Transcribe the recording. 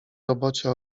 robocie